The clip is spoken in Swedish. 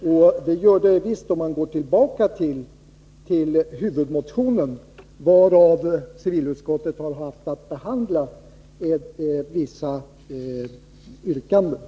Det gör det visst, i varje fall om man går tillbaka till huvudmotionen ur vilken civilutskottet haft att behandla vissa yrkanden.